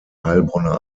heilbronner